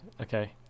okay